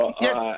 Yes